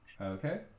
Okay